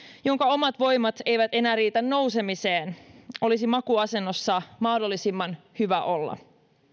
jonka omat voimat eivät enää riitä nousemiseen olisi makuuasennossa mahdollisimman hyvä olla